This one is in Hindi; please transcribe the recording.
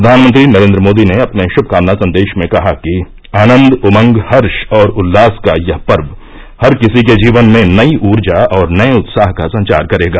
प्रधानमंत्री नरेन्द्र मोदी ने अपने शभकामना संदेश में कहा है कि आनंद उमंग हर्ष और उल्लास का यह पर्व हर किसी के जीवन में नई ऊर्जा और नये उत्साह का संचार करेगा